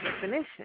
definition